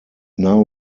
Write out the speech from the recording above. now